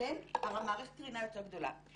מערכת הקרינה יותר גדולה.